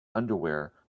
underwear